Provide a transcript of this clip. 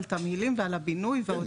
על תמלילים ועל בינוי והוצאות.